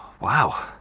Wow